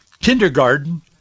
kindergarten